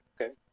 Okay